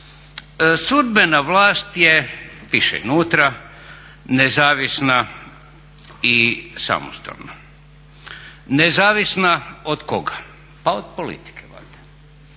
Sudbena vlast je, piše unutra nezavisna i samostalna. Nezavisna od koga? Pa od politike valjda.